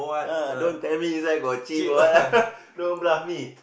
ah don't tell me got there cheat what ah don't bluff me